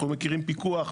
אנחנו מכירים פיקוח,